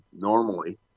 normally